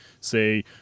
say